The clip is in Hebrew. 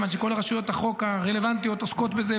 מכיוון שכל רשויות החוק הרלוונטיות עוסקות בזה,